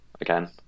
again